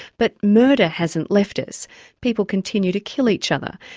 but murder hasn't left us people continue to kill each other.